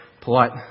polite